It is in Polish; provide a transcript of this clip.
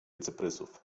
cyprysów